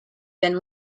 been